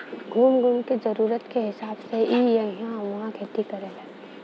घूम घूम के जरूरत के हिसाब से इ इहां उहाँ खेती करेलन